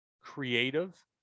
creative